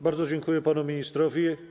Bardzo dziękuję panu ministrowi.